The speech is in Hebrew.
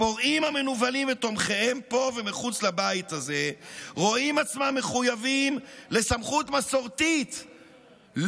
ותומכיהם פה ומחוץ לבית הזה רואים עצמם מחויבים לסמכות מסורתית,